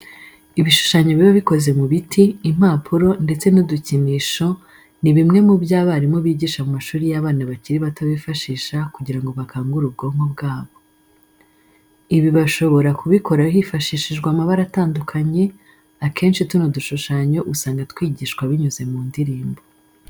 Ibishushanyo biba bikoze mu biti, impapuro ndetse n'udukinisho ni bimwe mu byo abarimu bigisha mu mashuri y'abana bakiri bato bifashisha kugira ngo bakangure ubwonko bwabo. Ibi bashobora kubikora hifashishijwe amabara atandukanye, akenshi tuno dushushanyo usanga twigishwa binyuze mu ndirimbo.